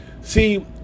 see